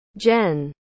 Jen